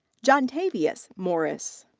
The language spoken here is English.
jontavius morris.